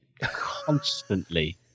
constantly